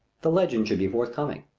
the legend should be forthcoming.